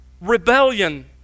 rebellion